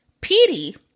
Petey